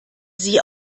sie